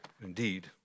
Indeed